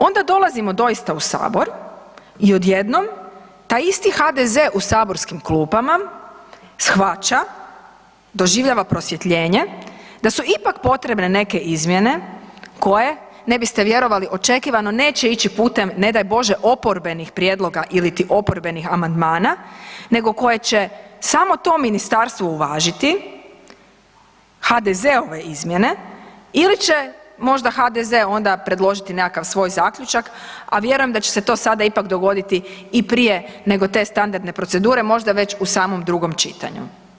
Onda dolazimo doista u Sabor i odjednom, taj isti HDZ u saborskim klupama shvaća, doživljava prosvjetljenje, da su ipak potrebne neke izmjene, koje, ne bi ste vjerovali, očekivano neće ići putem, ne daj Bože, oporbenih prijedloga ili ti oporbenih amandmana, nego koje će samo to Ministarstvo uvažiti, HDZ-ove izmjene ili će možda HDZ onda predložiti nekakav svoj zaključak, a vjerujem da će se to sada ipak dogoditi i prije nego te standardne procedure, možda već u samom drugom čitanju.